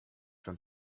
from